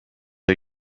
are